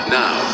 now